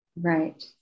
Right